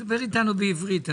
דבר איתנו בעברית.